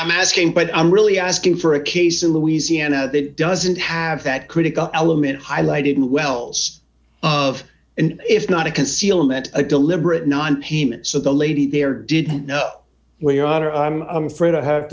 i'm asking but i'm really asking for a case in louisiana that doesn't have that critical element highlighted in wells of an if not a concealment a deliberate nonpayment so the lady there didn't know where your honor i'm afraid i have